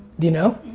do you know?